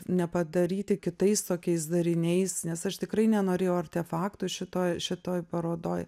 nepadaryti kitais tokiais dariniais nes aš tikrai nenorėjau artefaktų šitoj šitoj parodoj